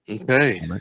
Okay